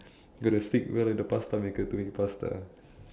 got the speak well with the pasta maker to make pasta